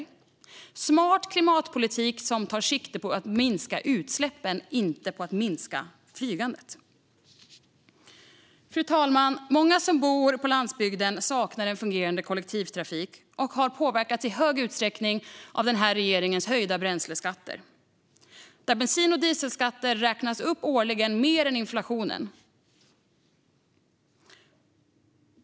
Det är smart klimatpolitik som tar sikte på att minska utsläppen, inte på att minska flygandet. Fru talman! Många som bor på landsbygden saknar en fungerande kollektivtrafik och har påverkats i hög utsträckning av den rödgröna regeringens höjda bränsleskatter där bensin och dieselskatter årligen har räknats upp mer än inflationen.